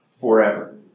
forever